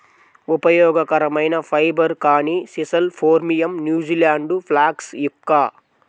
ఉపయోగకరమైన ఫైబర్, కానీ sisal phormium, New Zealand flax yucca